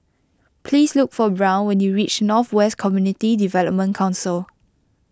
please look for Brown when you reach North West Community Development Council